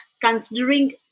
considering